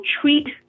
treat